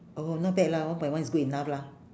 oh not bad lah one point one is good enough lah